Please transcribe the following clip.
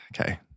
Okay